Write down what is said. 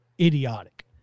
idiotic